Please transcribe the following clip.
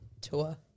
tour